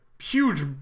huge